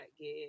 get